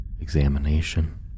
examination